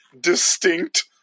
distinct